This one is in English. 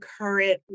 current